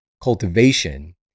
cultivation